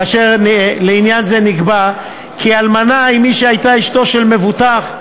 כאשר לעניין זה נקבע כי אלמנה היא מי שהייתה אשתו של מבוטח.